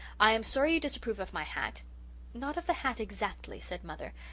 i am sorry you disapprove of my hat not of the hat exactly said mother,